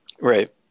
Right